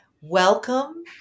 welcome